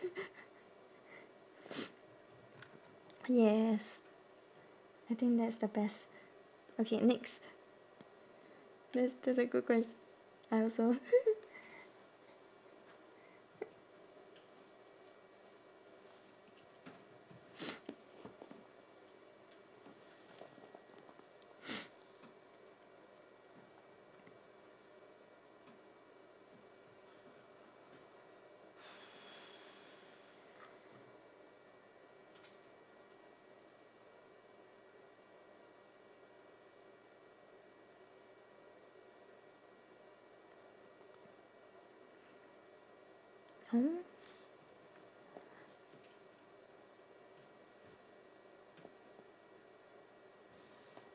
yes I think that's the best okay next that's that's a good quest~ I also